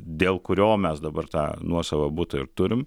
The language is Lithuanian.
dėl kurio mes dabar tą nuosavą butą ir turim